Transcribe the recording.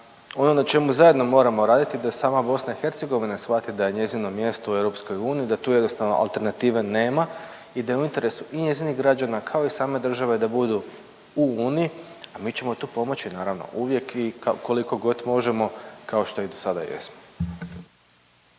ono na čemu zajedno moramo raditi da sama BiH shvati da je njezino mjesto u EU i da tu jednostavno alternative nema i da je u interesu i njezinih građana kao i same države da budu u uniji, a mi ćemo tu pomoći naravno uvijek i koliko god možemo kao što i dosada jesmo.